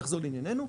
נחזור לענייניו.